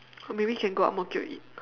or maybe can go ang-mo-kio eat